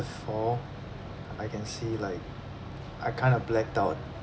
fall I can see like I kind of blacked out